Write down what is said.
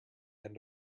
end